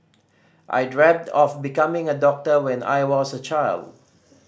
I dreamt of becoming a doctor when I was a child